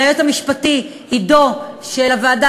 ליועץ המשפטי של הוועדה